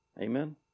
amen